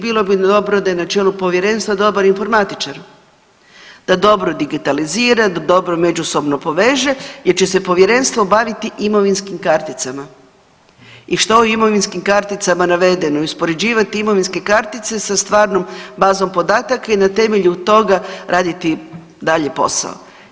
Bilo bi dobro da je na čelu povjerenstva dobar informatičar, da dobro digitalizira, da dobro međusobno poveže jer će se povjerenstvo baviti imovinskim karticama i što je u imovinskim karticama navedeno i uspoređivat imovinske kartice sa stvarnom bazom podataka i na temelju toga raditi dalje posao.